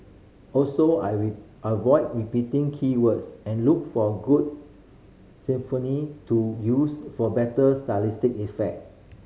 also I I avoid repeating key words and look for good to use for better stylistic effect